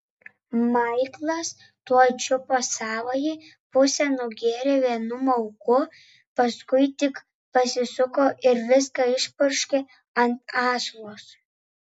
maiklas tuoj čiupo savąjį pusę nugėrė vienu mauku paskui tik pasisuko ir viską išpurškė ant aslos